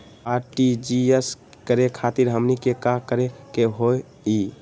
RTGS करे खातीर हमनी के का करे के हो ई?